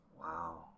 Wow